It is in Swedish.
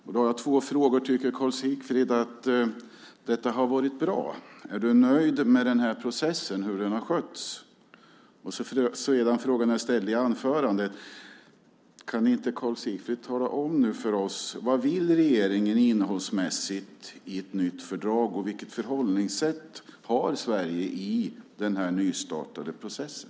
Därför har jag två frågor: Tycker Karl Sigfrid att detta har varit bra? Är du nöjd med hur processen har skötts? Jag ställde också en fråga i mitt anförande: Kan inte Karl Sigfrid tala om för oss vad regeringen vill att ett nytt fördrag ska innehålla, och vilket förhållningssätt Sverige har i den nystartade processen?